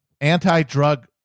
anti-drug